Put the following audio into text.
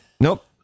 Nope